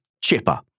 chipper